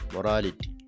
Morality